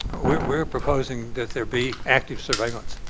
we're proposing that there'd be active surveillance.